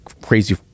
crazy